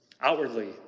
Outwardly